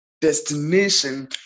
destination